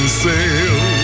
sail